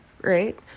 right